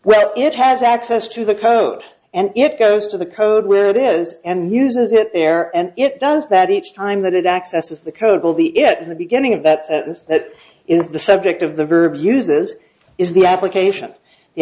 well it has access to the code and it goes to the code where it is and uses it there and it does that each time that it accesses the code will be at the beginning of that sentence that is the subject of the verb uses is the application